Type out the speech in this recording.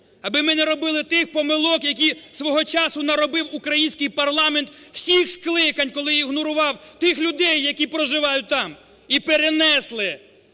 аби ми не робили тих помилок, які свого часу наробив український парламент всіх скликань, коли ігнорував тих людей, які проживають там, і перенесли